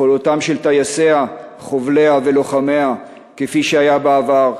יכולתם של טייסיה, חובליה ולוחמיה, כפי שהיה בעבר,